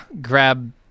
Grab